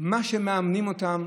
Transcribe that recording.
מאמנים אותם,